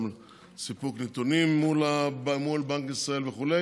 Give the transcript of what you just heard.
גם בסיפוק נתונים מול בנק ישראל וכו'.